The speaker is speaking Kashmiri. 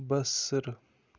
بصٕر